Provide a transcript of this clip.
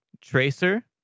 Tracer